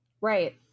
right